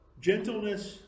Gentleness